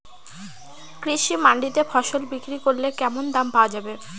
কৃষি মান্ডিতে ফসল বিক্রি করলে কেমন দাম পাওয়া যাবে?